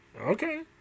Okay